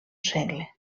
segle